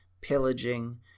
pillaging